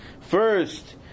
First